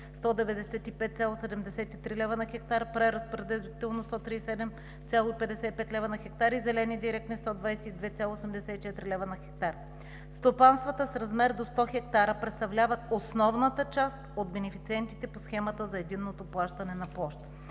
195,73 лв. на хектар; преразпределително – 137,55 лв. на хектар, и зелени директни – 122,84 лв. на хектар. Стопанствата с размер до 100 хектара представляват основната част от бенефициентите по Схемата за единното плащане на площ.